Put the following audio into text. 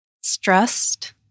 stressed